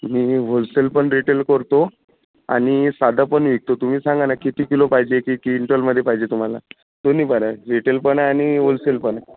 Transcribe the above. मी wholesale पण retail करतो आणि साधं पण विकतो तुम्ही सांगा ना किती किलो पाहिजे की क्विंटलमध्ये पाहिजे तुम्हाला दोन्ही पण आहेत रिटेल पण आहे आणि होलसेल पण